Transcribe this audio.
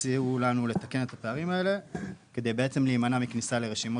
הציעו לנו לתקן את הפערים האלה כדי להימנע מכניסה לרשימות